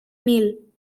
mil